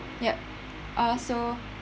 ya uh so